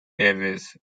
davis